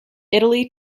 italy